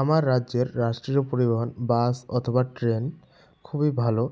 আমার রাজ্যের রাষ্ট্রীয় পরিবহন বাস অথবা ট্রেন খুবই ভালো